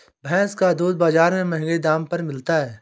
भैंस का दूध बाजार में महँगे दाम पर मिलता है